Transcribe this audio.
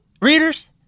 readers